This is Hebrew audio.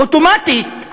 אוטומטית,